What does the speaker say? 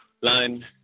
line